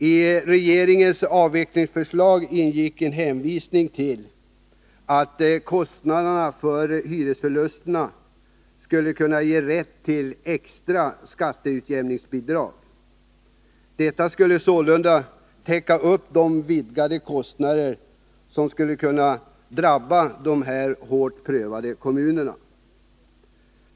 I regeringens avvecklingsförslag ingick en hänvisning till att kostnaderna för hyresförlusterna skulle kunna ge rätt till extra skatteutjämningsbidrag. Detta skulle sålunda täcka de vidgade kostnader som skulle kunna drabba de hårdast prövade kommunerna.